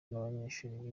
n’abanyeshuri